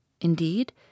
Indeed